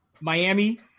Miami